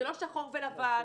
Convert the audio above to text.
זה לא שחור ולבן,